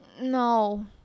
No